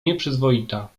nieprzyzwoita